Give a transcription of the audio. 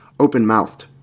open-mouthed